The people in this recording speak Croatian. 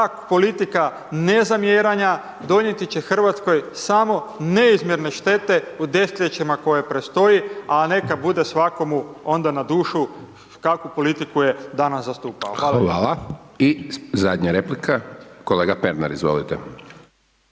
Hvala. I zadnja replika, kolega Pernar, izvolite.